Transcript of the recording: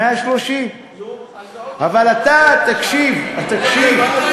130. נו, אז זה עוד, אבל אתה, תקשיב, תקשיב.